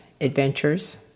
adventures